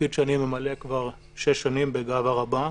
תפקיד שאני ממלא כבר שש שנים בגאווה רבה.